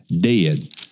dead